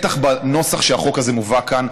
ובטח בנוסח שהחוק הזה מובא כאן,